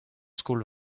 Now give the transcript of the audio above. skol